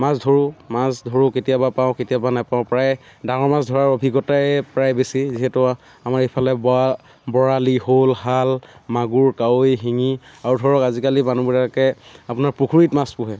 মাছ ধৰোঁ মাছ ধৰোঁ কেতিয়াবা পাওঁ কেতিয়াবা নেপাওঁ প্ৰায় ডাঙৰ মাছ ধৰাৰ অভিজ্ঞতাই প্ৰায় বেছি যিহেতু আমাৰ এইফালে বৰালি শ'ল শাল মাগুৰ কাৱৈ শিঙি আৰু ধৰক আজিকালি মানুহবিলাকে আপোনাৰ পুখুৰীত মাছ পোহে